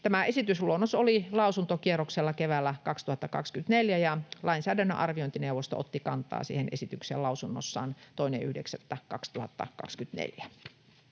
Tämä esitysluonnos oli lausuntokierroksella keväällä 2024, ja lainsäädännön arviointineuvosto otti kantaa siihen esitykseen lausunnossaan 2.9.2024.